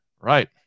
right